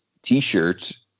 t-shirts